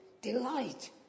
delight